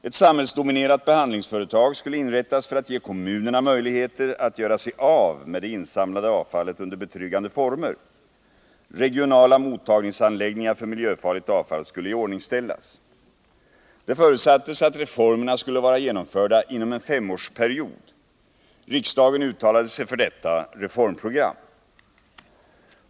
Ett samhällsdominerat behandlingsföretag skulle inrättas för att ge kommunerna möjligheter att göra sig av med det insamlade avfallet under betryggande former. Regionala mottagningsanläggningar för miljöfarligt avfall skulle iordningställas. Det förutsattes att reformerna skulle vara genomförda inom en femårsperiod. Riksdagen uttalade sig för detta reformprogram.